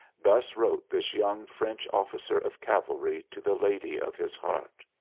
thus wrote this young french officer of cavalry to the lady of his heart,